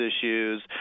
issues